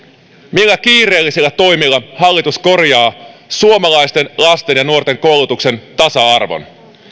millä kiireellisillä toimilla hallitus korjaa suomalaisten lasten ja nuorten koulutuksen tasa arvon